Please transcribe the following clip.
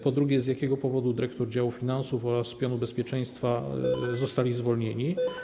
Po drugie, z jakiego powodu dyrektorzy działu finansów oraz pionu bezpieczeństwa zostali zwolnieni?